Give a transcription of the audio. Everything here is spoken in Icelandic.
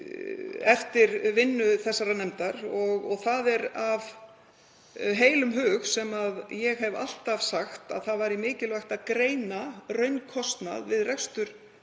eftir vinnu þessarar nefndar. Það er af heilum hug sem ég hef alltaf sagt að mikilvægt væri að greina raunkostnað við rekstur